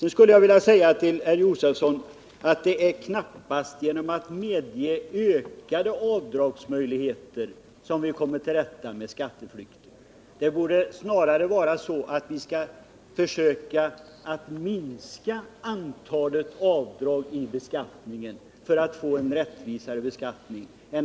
Nu skulle jag vilja säga till herr Josefson att det är knappast genom att medge ökade avdragsmöjligheter som vi kommer till rätta med skatteflykten. För att få en rättvisare beskattning borde vi snarare försöka minska antalet avdrag.